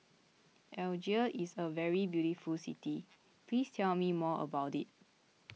Algiers is a very beautiful city please tell me more about it